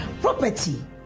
Property